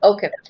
Okay